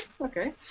Okay